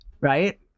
right